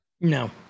No